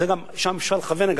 שם גם אפשר לכוון,